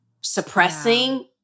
Suppressing